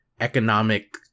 economic